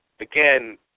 Again